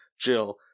Jill